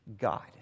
God